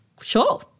sure